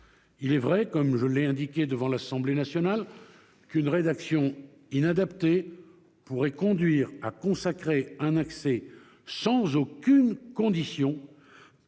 Il est vrai, comme je l'ai indiqué devant l'Assemblée nationale, qu'une rédaction inadaptée pourrait conduire à consacrer un accès sans aucune condition